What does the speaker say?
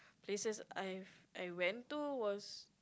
places I've I went to was